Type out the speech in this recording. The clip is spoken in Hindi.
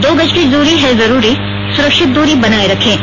दो गज की दूरी है जरूरी सुरक्षित दूरी बनाए रखें